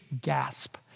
gasp